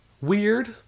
weird